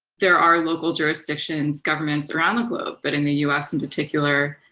there are local jurisdictions, governments around the globe, but in the us in particular,